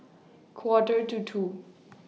Quarter to two